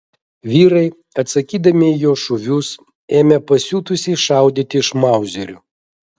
vyrai atsakydami į jo šūvius ėmė pasiutusiai šaudyti iš mauzerių